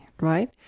right